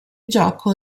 gioco